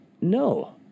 no